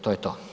To je to.